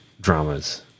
dramas